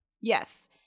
yes